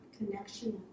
connection